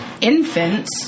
infants